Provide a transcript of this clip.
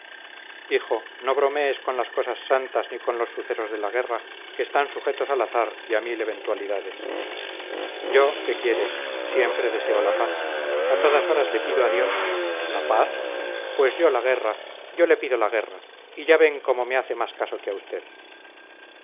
hijo no bromees con las cosas santas ni con los sucesos de la guerra que están sujetos al azar y a mil eventualidades yo qué quieres siempre deseo la paz a todas horas le pido a dios la paz pues yo la guerra yo le pido la guerra y ya ven cómo me hace más caso que a usted